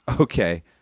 Okay